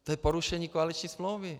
To je porušení koaliční smlouvy.